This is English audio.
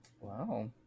Wow